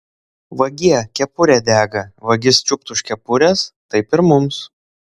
vagie kepurė dega vagis čiupt už kepurės taip ir mums